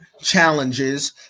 challenges